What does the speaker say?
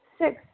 Six